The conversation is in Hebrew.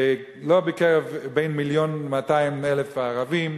לא בין מיליון ו-200,000 הערבים,